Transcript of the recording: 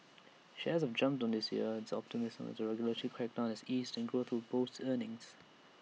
shares have jumped this year on optimism A regulatory crackdown has eased and growth will boost earnings